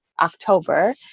October